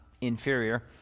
inferior